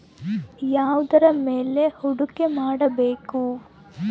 ಯಾವುದರ ಮೇಲೆ ಹೂಡಿಕೆ ಮಾಡಬೇಕು?